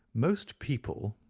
most people,